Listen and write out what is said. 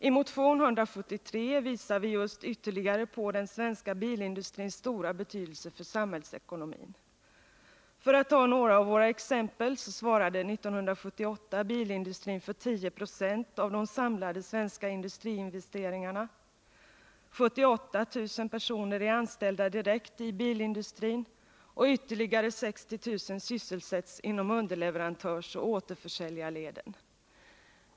I motion 173 visar vi just ytterligare på den svenska bilindustrins stora betydelse för samhällsekonomin, För att ta några exempel, så svarade 1978 bilindustrin för 10 26 av de samlade svenska industriinvesteringarna. 78 000 personer är anställda direkt i bilindustrin, och ytterligare 60 000 sysselsätts inom underleverantörsoch återförsäljarleden.